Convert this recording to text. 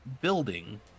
building